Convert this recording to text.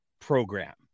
program